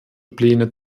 pläne